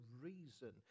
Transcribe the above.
reason